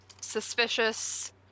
suspicious